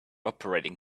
operating